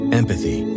empathy